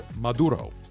Maduro